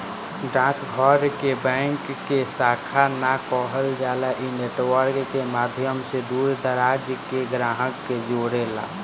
डाक घर के बैंक के शाखा ना कहल जाला इ नेटवर्क के माध्यम से दूर दराज के ग्राहक के जोड़ेला